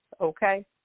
okay